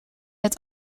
het